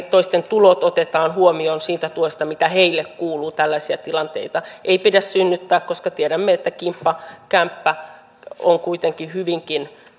toisten tulot otetaan huomioon siinä tuessa mikä heille kuuluu tällaisia tilanteita ei pidä synnyttää koska tiedämme että kimppakämppä on kuitenkin hyvinkin